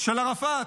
של ערפאת.